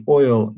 oil